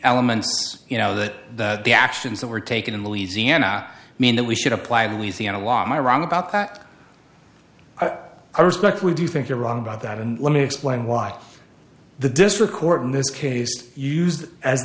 elements you know that the actions that were taken in louisiana mean that we should apply louisiana law my wrong about that i respect we do you think you're wrong about that and let me explain why the district court in this case used a